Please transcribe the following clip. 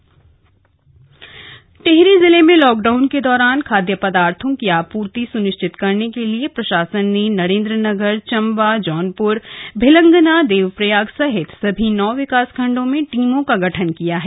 corona team Tehri Tehri जिले में lockdown के दौरान खाद्य पदार्थों की आपूर्ति सुनिश्चित करने के लिए प्रशासन ने नरेंद्रनगर चंबा जौनप्र भिलंगना देवप्रयाग सहित सभी नौ विकासखण्डों में टीमों का गठन किया है